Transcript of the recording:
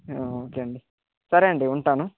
okay అండి సరే అండి ఉంటాను